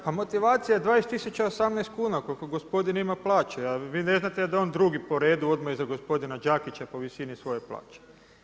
Pa motivacija je 20 tisuća 18 kuna, koliko gospodin ima plaću, a vi ne znate da je on drugi po redu, odmah iza gospodina Đakića po visini svoje plaće.